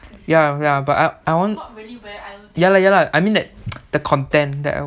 ya ya but I want ya lah ya lah I mean that the content